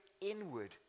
inward